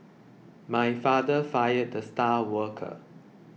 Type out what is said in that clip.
my father fired the star worker